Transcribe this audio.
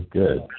good